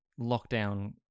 lockdown